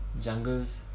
Jungles